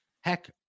heck